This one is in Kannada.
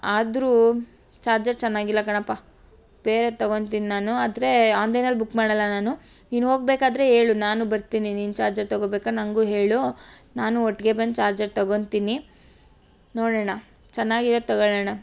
ಆದರೂ ಚಾರ್ಜರ್ ಚೆನ್ನಾಗಿಲ್ಲ ಕಣಪ್ಪ ಬೇರೆ ತಗೊತೀನ್ ನಾನು ಆದರೆ ಆನ್ಲೈನಲ್ಲಿ ಬುಕ್ ಮಾಡೋಲ್ಲ ನಾನು ನೀನು ಹೋಗಬೇಕಾದ್ರೆ ಹೇಳು ನಾನು ಬರ್ತೀನಿ ನೀನು ಚಾರ್ಜರ್ ತಗೊಬೇಕಾ ನನಗೂ ಹೇಳು ನಾನು ಒಟ್ಟಿಗೆ ಬಂದು ಚಾರ್ಜರ್ ತಗೊತೀನಿ ನೋಡೊಣ ಚೆನ್ನಾಗಿರೋದು ತಗೊಳೋಣ